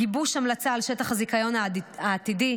גיבוש המלצה על שטח הזיכיון העתידי,